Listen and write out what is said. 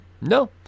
No